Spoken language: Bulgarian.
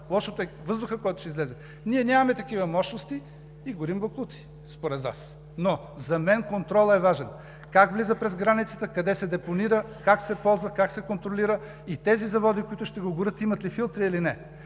лошото е въздухът, който ще излезе. Ние нямаме такива мощности и горим боклуци, според Вас. Но за мен контролът е важен: как влиза през границата, къде се депонира, как се ползва, как се контролира и тези заводи, които ще го горят, имат ли филтри или не?